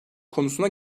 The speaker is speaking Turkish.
konusuna